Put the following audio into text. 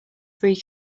free